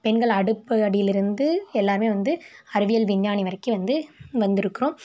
பெண்கள் அடுப்பு அடிலேருந்து எல்லோருமே வந்து அறிவியல் விஞ்ஞானி வரைக்கும் வந்து வந்துருக்கிறோம்